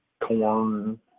Corn